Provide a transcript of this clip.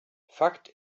fakt